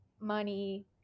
money